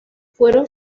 fueron